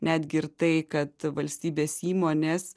netgi ir tai kad valstybės įmonės